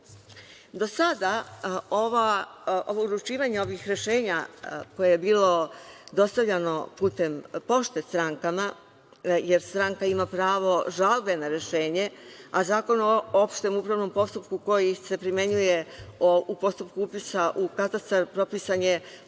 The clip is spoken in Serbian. sada je uručivanje ovih rešenja koja su bila dostavljana putem pošte strankama, jer stranka ima pravo žalbe na rešenje, a Zakon o opštem upravnom postupku, koji se primenjuje u postupku upisa u katastar, propisuje